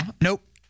Nope